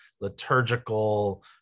liturgical